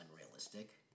unrealistic